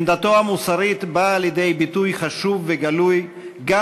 עמדתו המוסרית באה לידי ביטוי חשוב וגלוי גם